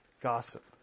Gossip